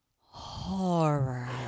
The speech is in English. horror